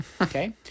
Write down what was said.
Okay